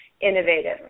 innovative